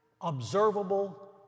observable